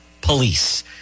police